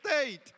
state